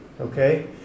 Okay